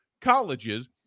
colleges